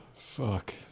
fuck